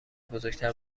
بزرگتر